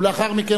לאחר מכן,